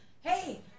hey